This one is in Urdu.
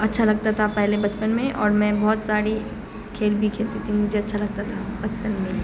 اچھا لگتا تھا پہلے بچپن میں اور میں بہت ساری کھیل بھی کھیلتی تھی مجھے اچھا لگتا تھا بچپن میں